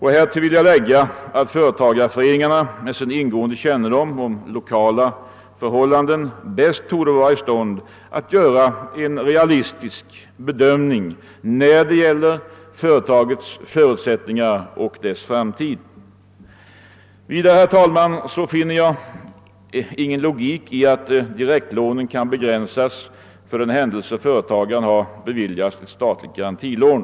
Härtill vill jag lägga, att företagareföreningarna med sin ingående kännedom om lokala förhållanden bäst torde kunna göra en realistisk bedömning av ett företags förutsättningar och framtidsmöjligheter. Jag finner heller ingen logik i att direktlånen kan begränsas, för den händelse företagaren har beviljats ett statligt garantilån.